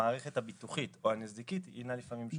המערכת הביטוחית או הנזיקית הינה לפעמים שונה,